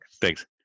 Thanks